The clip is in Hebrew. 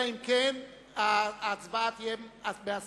אלא אם כן ההצבעה תהיה בהסכמה.